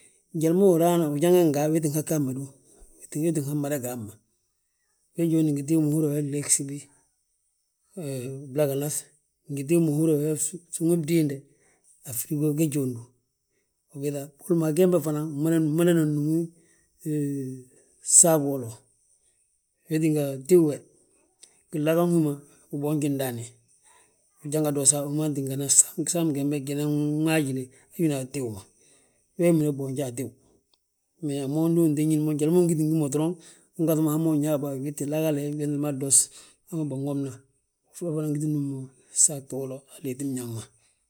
Njali ma wi raa nan ujanga gaa wii tti ha ga hamma du, uu tti han mada ga hamma. We jondi ngi tíw ma huí yaa wi yaa glee gsibi, blaganaŧ ngi tíw ma húri yaa wi yaa suŋin bdiinde a frigo ge jóodu. Ubiiŧa boli mo a gembe, fana gmadana númu, hee saagu wolo. Wee tínga, tíw we, gilaga wi ma wi boonji ndaani wi janga dosa wi ma tíngani gsaam gembe ginan waajile, wina tiẃ ma; Wee mida boonja a tíw, me mo ndu unñín mo njali ma ungiti ngi wi ma doroŋ ungaŧi mo hamma unñaa bà wi, uu ttin lagale, wédi ma dos, hamma binwomi wi. We fana ngitin núm mo saagu wolo a liitin biñaŋ ma.